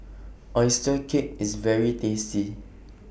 Oyster Cake IS very tasty